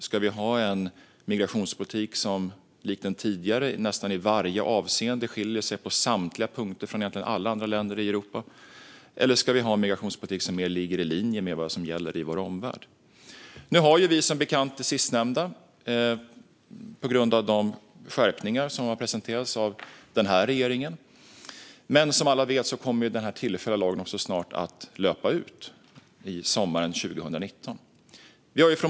Ska vi ha en migrationspolitik som, likt den tidigare, nästan i varje avseende skiljer sig på samtliga punkter från egentligen alla andra länder i Europa? Eller ska vi ha en migrationspolitik som mer ligger i linje med vår omvärld? Nu har vi som bekant det sistnämnda på grund av skärpningar som har presenterats av denna regering. Men som alla vet kommer den tillfälliga lagen att löpa ut sommaren 2019.